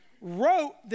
wrote